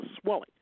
swelling